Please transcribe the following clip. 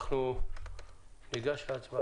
אנחנו ניגש להצבעה.